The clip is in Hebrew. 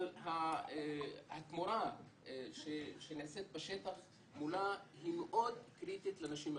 אבל התמורה שנעשית בשטח היא מאוד קריטית לנשים הבדואיות.